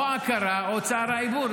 או עקרה או צער העיבור.